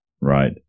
Right